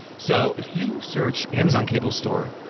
so if you search amazon cable store,